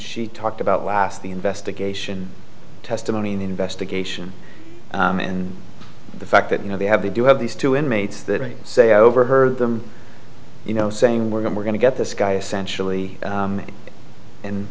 she talked about last the investigation testimony and investigation and the fact that now they have they do have these two inmates that say i overheard them you know saying we're going we're going to get this guy essentially